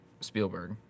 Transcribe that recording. Spielberg